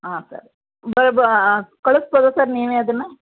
ಹಾಂ ಸರ್ ಕಳಿಸ್ಬೋದಾ ಸರ್ ನೀವೇ ಅದನ್ನು